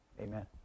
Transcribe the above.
Amen